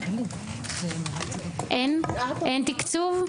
אין תקצוב?